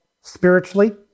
spiritually